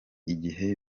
igiye